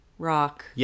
rock